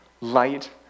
Light